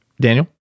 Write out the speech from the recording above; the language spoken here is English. Daniel